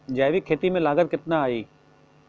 जैविक खेती में लागत कितना आई?